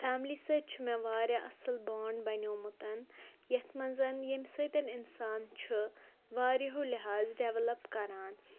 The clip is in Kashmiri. فیملی سۭتۍ چھُ مےٚ واریاہ اَصٕل بانٛڈ بَنیومُت یَتھ منٛز ییٚمۍ سۭتۍ اِنسان چھُ واریہو لِحاظ ڈٮ۪ولَپ کَران